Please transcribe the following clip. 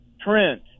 Trent